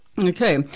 Okay